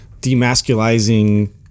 demasculizing